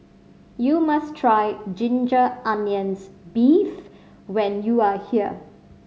you must try ginger onions beef when you are here